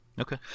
Okay